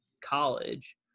college